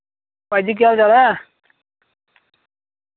भाई जी केह् हाल चाल ऐ